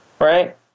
Right